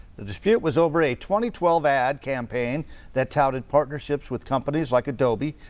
the dispute was over a twenty twelve ad campaign that touted partnerships with companies like adobe.